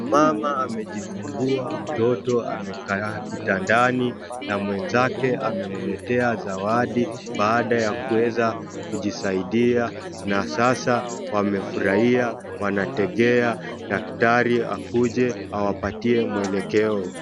Mama amejifungua mtoto amekaa kitandani na mwenzake amemletea zawadi baada ya kuweza kujisaidia na sasa wamefurahia wanategea daktari akuje awapatie mwelekeo.